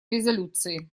резолюции